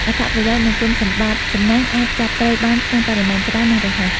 អត្ថប្រយោជន៍ និងគុណសម្បត្តិសំណាញ់អាចចាប់ត្រីបានក្នុងបរិមាណច្រើន និងរហ័ស។